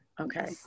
Okay